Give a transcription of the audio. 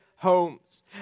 homes